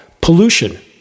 pollution